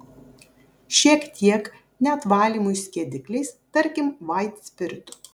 šiek tiek net valymui skiedikliais tarkim vaitspiritu